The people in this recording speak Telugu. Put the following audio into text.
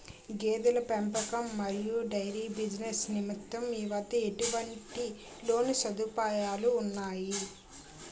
గేదెల పెంపకం మరియు డైరీ బిజినెస్ నిమిత్తం మీ వద్ద ఎటువంటి లోన్ సదుపాయాలు ఉన్నాయి?